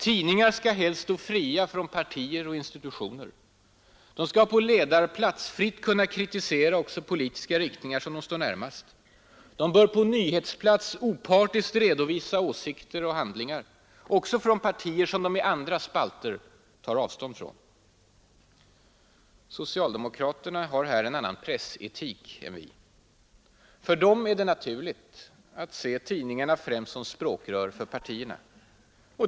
Tidningar skall helst stå fria från partier och institutioner. De skall på ledarplats fritt kunna kritisera också de politiska riktningar som de står närmast. De bör på nyhetsplats opartiskt redovisa åsikter och handlingar också från partier som de i andra spalter tar avstånd från. Socialdemokraterna har här en annan pressetik än vi. För dem är det naturligt att se tidningarna främst som språkrör för partierna.